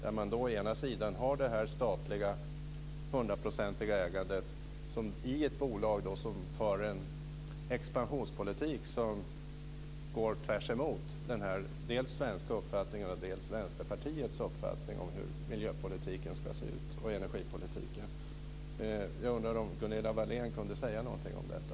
Staten har ett 100-procentigt ägande i ett bolag som för en expansionspolitik som går tvärtemot både den svenska uppfattningen och Vänsterpartiets uppfattning om hur miljöpolitiken och energipolitiken ska se ut. Jag undrar om Gunilla Wahlén kunde säga någonting om detta.